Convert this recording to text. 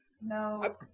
No